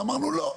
ואמרנו לא.